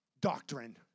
doctrine